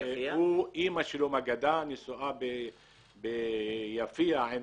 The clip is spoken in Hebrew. אימא שלו מהגדה, נשואה למישהו מיפיע.